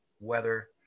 weather